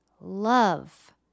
love